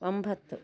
ಒಂಬತ್ತು